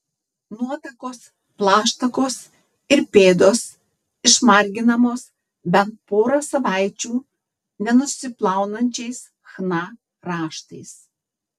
nuotakos plaštakos ir pėdos išmarginamos bent porą savaičių nenusiplaunančiais chna raštais